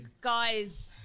Guys